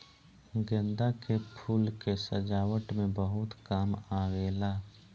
गेंदा के फूल के सजावट में बहुत काम आवेला